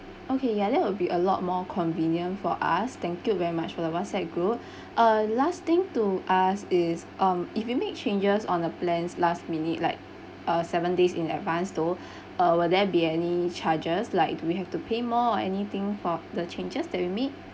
okay ya that will be a lot more convenient for us thank you very much for the whatsapp group uh last thing to ask is um if we make changes on the plans last minute like uh seven days in advanced though uh will there be any charges like we have to pay more or anything for the changes that we made